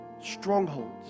strongholds